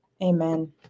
Amen